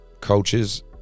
Coaches